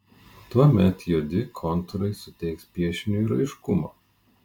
tuomet juodi kontūrai suteiks piešiniui raiškumo